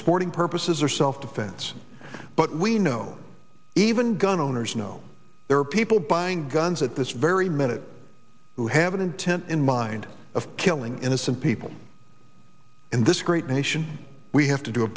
sporting purposes or self defense but we know even gun owners know there are people buying guns at this very minute who have an intent in mind of killing innocent people in this great nation we have to do a